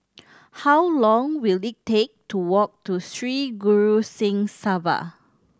how long will it take to walk to Sri Guru Singh Sabha